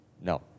No